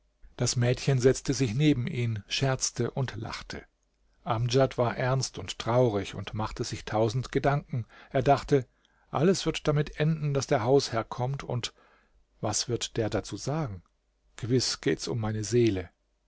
das mädchen setzte sich neben ihn scherzte und lachte amdjad war ernst und traurig und machte sich tausend gedanken er dachte alles wird damit enden daß der hausherr kommt und was wird der dazu sagen gewiß geht's um meine seele